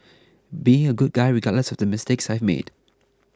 being a good guy regardless of the mistakes I made